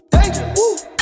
Dangerous